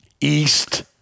east